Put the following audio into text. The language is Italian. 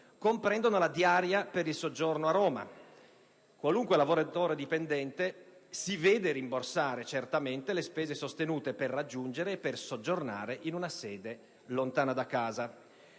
informatica, la diaria per il soggiorno a Roma (qualunque lavoratore dipendente si vede rimborsare le spese sostenute per raggiungere e soggiornare in una sede lontana da casa)